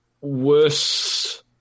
Worse